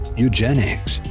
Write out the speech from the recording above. eugenics